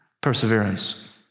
perseverance